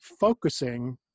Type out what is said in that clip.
focusing